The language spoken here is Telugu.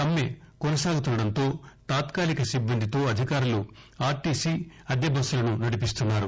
సమ్మె కొనసాగుతుండడంతో తాత్కాలిక సిబ్బందితో అధికారులు ఆర్టీసీ అద్దె బస్సులను నడిపిస్తున్నారు